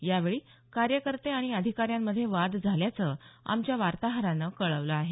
यावेळी कार्यकर्ते आणि अधिकाऱ्यांमध्ये वाद झाल्याचं आमच्या वार्ताहरानं कळवलं आहे